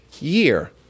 year